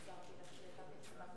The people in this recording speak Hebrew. חברי חברי הכנסת, באין שר עדיין, באין שר,